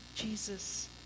Jesus